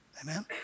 Amen